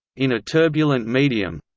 in a turbulent medium